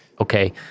okay